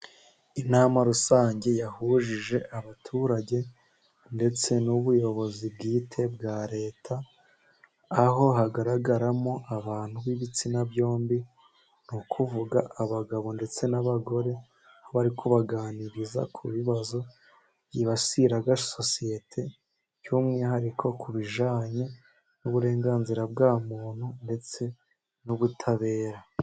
Inama rusange yahujije abaturage ndetse n'ubuyobozi bwite bwa Leta aho hagaragaramo abantu b'ibitsina byombi, ni ukuvuga abagabo ndetse n'abagore bari kubaganiriza ku bibazo, byibasira sosiyete by'umwihariko ku bijyanye n'uburenganzira bwa muntu ndetse n'ubutabera.